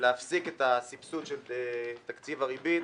ולהפסיק את הסבסוד של תקציב הריבית,